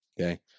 Okay